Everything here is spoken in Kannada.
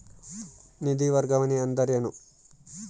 ನಿಧಿ ವರ್ಗಾವಣೆ ಅಂದರೆ ಏನು?